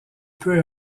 peu